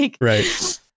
Right